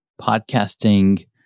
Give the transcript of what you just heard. podcasting